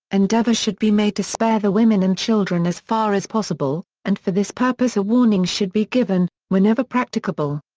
endeavour should be made to spare the women and children as far as possible, and for this purpose a warning should be given, whenever practicable.